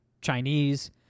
Chinese